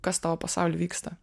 kas tavo pasauly vyksta